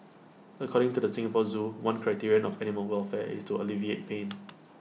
according to the Singapore Zoo one criteria of animal welfare is to alleviate pain